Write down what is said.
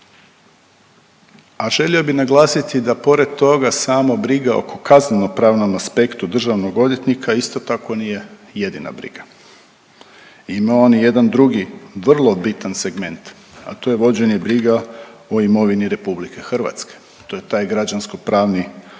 A želio bih naglasiti da pored toga samo briga oko kaznenopravnom aspektu državnog odvjetnika isto tako nije jedina briga. Ima on i jedan drugi vrlo bitan segment, a to je vođenje briga o imovini RH. To je taj građansko pravni aspekt